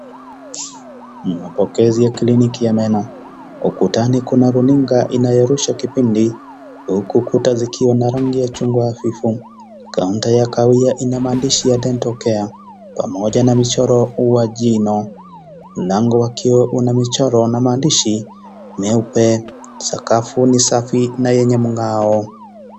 Mapokezi ya kiliniki ya meno. ukutani kuna runinga inayorusha kipindi. Huku kuta zilkiwa na rangi ya chungwa hafifu. Kaunta ya kahawia ina maandishi ya Dental care pamoja na mchoro wa jino. Mlango wa kioo una michoro na maandishi meupe, sakafu ni safi na yenye mng'ao.